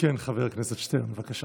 חבר הכנסת שטרן, בבקשה.